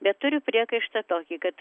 bet turiu priekaištą tokį kad